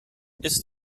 ist